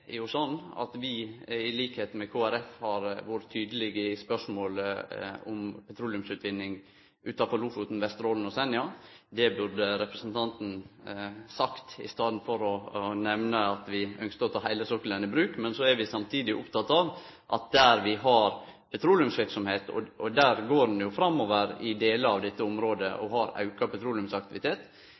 er jo sånn at vi til liks med Kristeleg Folkeparti har vore tydelege i spørsmålet om petroleumsutvinning utanfor Lofoten, Vesterålen og Senja. Det burde representanten sagt i staden for å nemne at vi ynskte å ta heile sokkelen i bruk. Men så er vi samtidig opptekne av at der vi har petroleumsverksemd – og der går ein jo framover i delar av dette området, og har auka petroleumsaktivitet